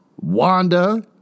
Wanda